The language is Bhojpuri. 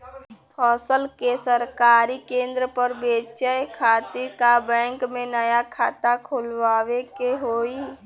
फसल के सरकारी केंद्र पर बेचय खातिर का बैंक में नया खाता खोलवावे के होई?